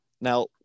Now